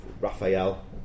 Raphael